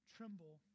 Tremble